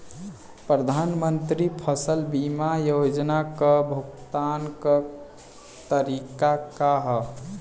प्रधानमंत्री फसल बीमा योजना क भुगतान क तरीकाका ह?